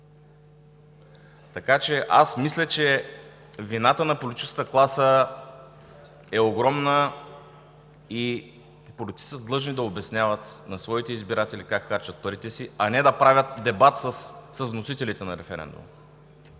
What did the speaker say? намалена. Аз мисля, че вината на политическата класа е огромна и политиците са длъжни да обясняват на своите избиратели как харчат парите си, а не да правят дебат с вносителите на референдума.